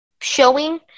showing